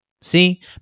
See